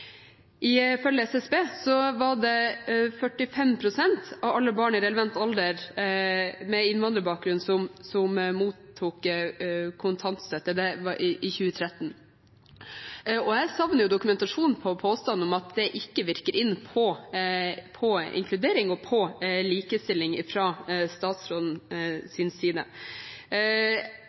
av alle barn i relevant alder med innvandrerbakgrunn kontantstøtte. Jeg savner dokumentasjon fra statsrådens side på påstanden om at det ikke virker inn på inkludering og på likestilling.